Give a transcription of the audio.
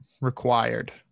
Required